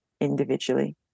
individually